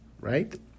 right